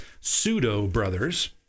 pseudo-brothers